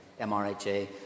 MRHA